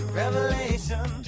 revelation